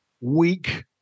weak